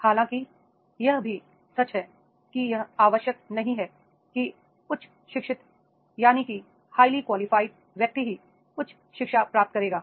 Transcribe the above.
हालाँकि यह भी सच है कि यह आवश्यक नहीं है कि उच्च शिक्षित व्यक्ति ही उच्च शिक्षा प्राप्त करेगा